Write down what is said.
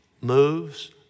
moves